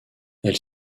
elle